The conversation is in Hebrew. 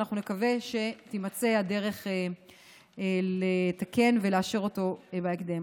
ונקווה שתימצא הדרך לתקן ולאשר אותו בהקדם.